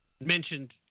mentioned